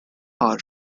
hour